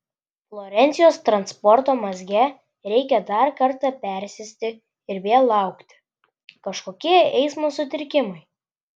florencijos transporto mazge reikia dar kartą persėsti ir vėl laukti kažkokie eismo sutrikimai